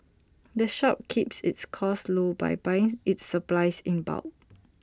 the shop keeps its costs low by buying its supplies in bulk